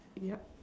ya